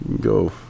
go